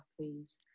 please